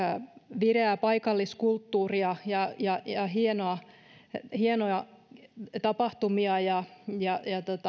vireää paikalliskulttuuria ja ja hienoja tapahtumia ja ja